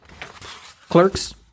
clerks